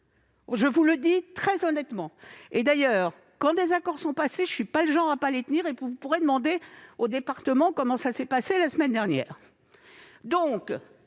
je vous le dis très honnêtement. Quand des accords sont conclus, je ne suis pas du genre à ne pas les tenir : vous pourrez demander aux départements comment ça s'est passé la semaine dernière ...